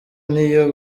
niyo